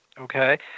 Okay